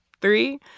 three